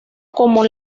como